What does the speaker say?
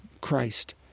Christ